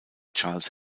charles